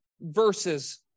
verses